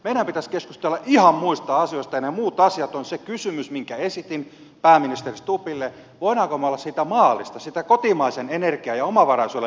meidän pitäisi keskustella ihan muista asioista ja ne muut asiat ovat se kysymys minkä esitin pääministeri stubbille voimmeko me olla siitä maalista siitä kotimaisen energian ja omavaraisuuden lisäämisestä yhtä mieltä